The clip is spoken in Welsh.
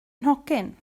nhocyn